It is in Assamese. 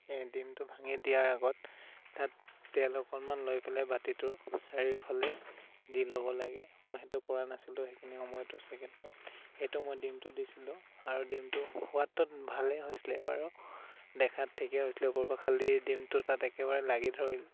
ডিমটো ভাঙি দিয়াৰ আগত তাত তেল অকণমান লৈ পেলাই বাতিটোৰ চাৰিওফালে দি ল'ব লাগে মই সেইটো কৰা নাছিলোঁ সেইখিনি সময়তো ছেকেণ্ড টাইম সেইটো মই ডিমটো দিছিলোঁ আৰু ডিমটো সোৱাদত ভালে হৈছিলে বাৰু দেখাত ঠিকে হৈছিলে ওপৰৰ পৰা খালী ডিমটো তাত একেবাৰে লাগি ধৰিল